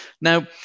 Now